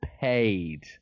paid